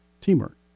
Teamwork